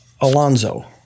Alonzo